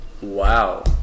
Wow